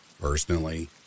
Personally